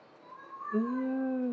mm